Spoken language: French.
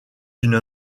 une